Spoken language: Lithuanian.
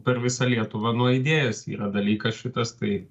per visą lietuvą nuaidėjęs yra dalykas šitas tai